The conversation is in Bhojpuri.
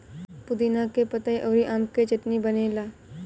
पुदीना के पतइ अउरी आम के चटनी बनेला